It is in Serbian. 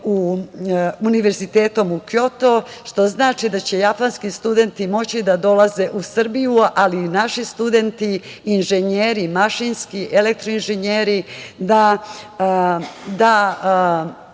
sa Univerzitetom Kjoto, što znači da će japanski studenti moći da dolaze u Srbiju, ali i naši studenti, inženjeri, mašinski i elektroinženjeri, da